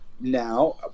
now